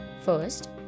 first